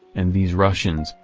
and these russians,